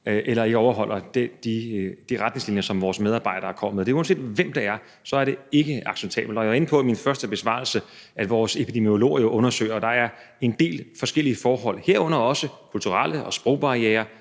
eller ikke overholder de retningslinjer, som vores medarbejdere kommer med. Uanset hvem det er, er det ikke acceptabelt. Jeg var inde på i min første besvarelse, at vores epidemiologer jo undersøger det, og der en del forskellige forhold, herunder også kulturelle forhold og sprogbarrierer,